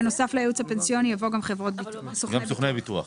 בנוסף לייעוץ הפנסיוני יבוא גם סוכני ביטוח.